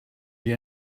die